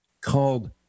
called